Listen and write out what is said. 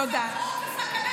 תודה.